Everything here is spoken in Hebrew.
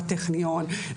בטכניון,